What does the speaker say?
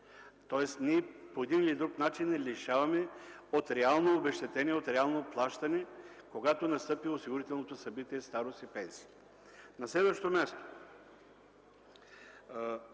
тоест ние по един или друг начин я лишаваме от реално обезщетение, от реално плащане, когато настъпи осигурителното събитие „старост и пенсия”. На следващо място,